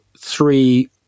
three